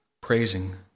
praising